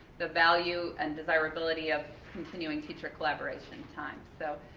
the value and desirability of continuing teacher collaboration time, so,